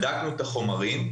בדקנו אותם.